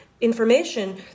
information